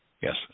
yes